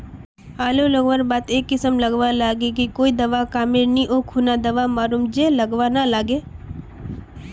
आलू लगवार बात ए किसम गलवा लागे की कोई दावा कमेर नि ओ खुना की दावा मारूम जे गलवा ना लागे?